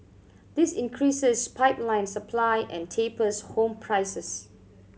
this increases pipeline supply and tapers home prices